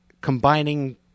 combining